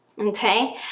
Okay